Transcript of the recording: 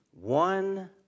one